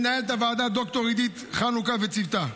למנהלת הוועדה ד"ר עידית חנוכה וצוותה,